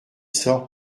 sort